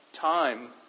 time